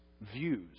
views